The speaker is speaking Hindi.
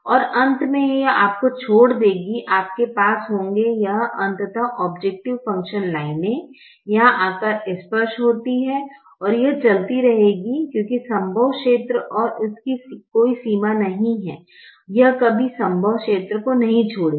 और अंत में यह आपको छोड़ देगी आपके पास होंगे यह अंततः औब्जैकटिव फंकशन लाइने यहां आकर स्पर्श होती है और यह चलती रहेगी क्योंकि संभव क्षेत्र और इसकी कोई सीमा नहीं है यह कभी संभव क्षेत्र को नहीं छोड़ेगी